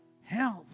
health